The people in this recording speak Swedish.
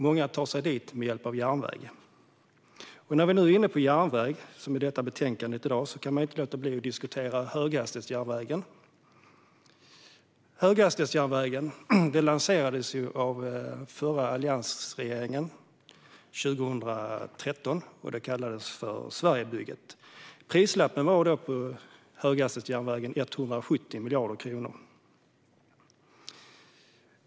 Många tar sig dit med hjälp av järnvägen. När vi nu är inne på järnvägen kan man inte låta bli att diskutera höghastighetsjärnvägen. Höghastighetsjärnvägen lanserades av den förra alliansregeringen 2013. Det kallades Sverigebygget. Prislappen för höghastighetsjärnvägen var då 170 miljarder kronor.